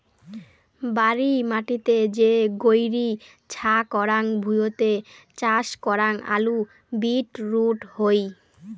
বাড়ি মাটিতে যে গৈরী ছা করাং ভুঁইতে চাষ করাং আলু, বিট রুট হই